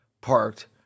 parked